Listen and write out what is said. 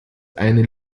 eine